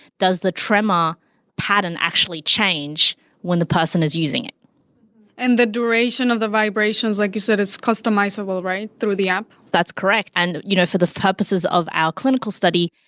does the tremor pattern actually change when the person is using it and the duration of the vibrations like you said is customizable, right? through the app? that's correct. and you know, for the purposes of our clinical study,